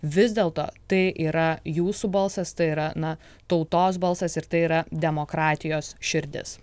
vis dėlto tai yra jūsų balsas tai yra na tautos balsas ir tai yra demokratijos širdis